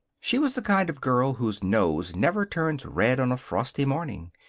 she was the kind of girl whose nose never turns red on a frosty morning.